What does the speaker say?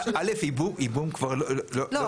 א', ייבום כבר לא, לא נוהג.